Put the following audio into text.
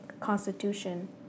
constitution